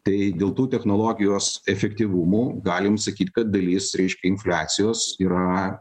tai dėl tų technologijos efektyvumų galim sakyt kad dalis reiškia infliacijos yra